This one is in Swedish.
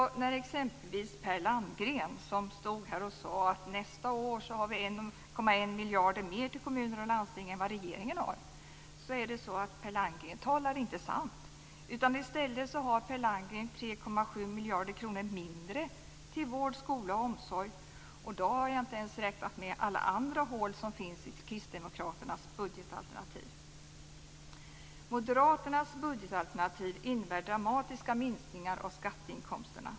Per Landgren, exempelvis, stod här och sade att man nästa år har 1,1 miljarder mer till kommuner och landsting än vad regeringen har. Per Landgren talar inte sant. I stället har Per Landgren 3,7 miljarder kronor mindre till vård, skola och omsorg. Då har jag inte ens räknat med de andra hål som finns i kristdemokraternas budgetalternativ. Moderaternas budgetalternativ innebär dramatiska minskningar av skatteinkomsterna.